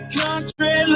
country